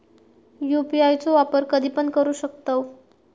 UPI चो वापर कधीपण करू शकतव?